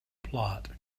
plot